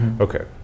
Okay